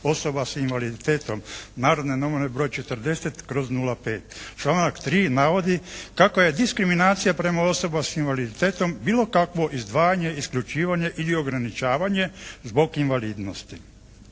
osoba s invaliditetom "Narodne novine" br. 40/05. Članak 3. navodi kako je diskriminacija prema osobama s invaliditetom bilo kakvo izdvajanje, isključivanje ili ograničavanje zbog invalidnosti.